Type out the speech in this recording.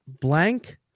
blank